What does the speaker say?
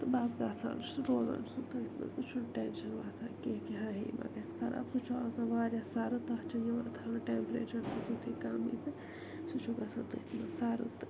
تہٕ بس گَژھان چھُ سُہ روزان چھُ سُہ تٔتھۍ مَنٛز سُہ چھُ نہٕ ٹٮ۪نشَن وۅتھان کیٚنٛہہ کہِ ہاے ہے یہِ ما گَژھِ خراب سُہ چھُ آسان واریاہ سرٕد تتھ چھ یِوان تھوان ٹیٚمپریچر تہِ تِتھُے کم تہٕ سُہ چھُ گَژھان تٔتھۍ مَنٛز سرٕد تہٕ